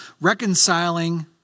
reconciling